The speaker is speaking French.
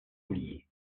ollier